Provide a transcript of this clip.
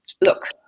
look